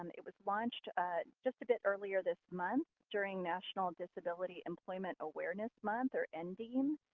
um it was launched just a bit earlier this month. during national disability employment awareness month, or and ndeam.